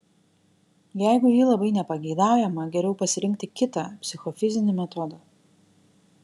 jeigu ji labai nepageidaujama geriau pasirinkti kitą psichofizinį metodą